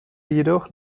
jedoch